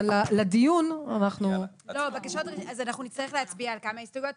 אנחנו נצטרך להצביע על כמה הסתייגויות.